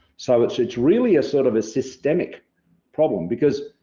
so it's it's really a sort of a systemic problem because,